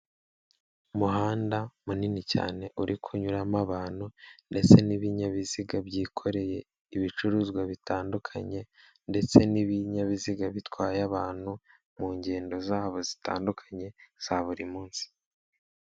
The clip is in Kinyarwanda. Umuhanda munini cyane uri kunyuramo abantu ndetse n'ibinyabiziga byikoreye ibicuruzwa bitandukanye ndetse n'ibinyabiziga bitwaye abantu mu ngendo zabo zitandukanye za buri munsi.